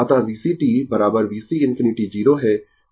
अतः VCt VC ∞ 0 है